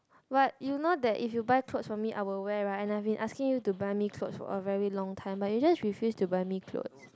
but you know that if you buy clothes for me I will wear right and I have been asking you to buy me clothes for a very long time but you just refuse to buy me clothes